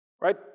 Right